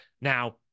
Now